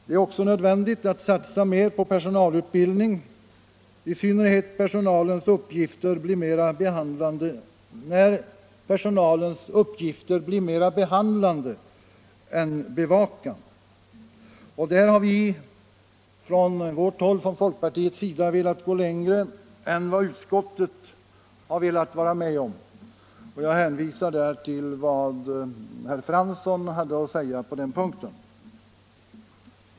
Det är också nödvändigt att satsa mer på personalutbildning, i synnerhet när personalens uppgifter blir mer behandlande än bevakande. Där har vi från folkpartiets sida velat gå längre än vad utskottet velat vara med om, och jag hänvisar till vad herr Fransson hade att säga på den punkten.